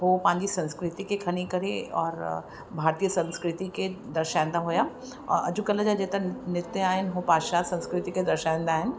उहो पंहिंजी संस्कृति खे खणी करे और भारतीय संस्कृति खे दर्शाईंदा हुया और अॼुकल्ह जा जेका नृत्य आहिनि हो पाश्चात्य संस्कृति खे दर्शाईंदा आहिनि